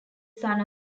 son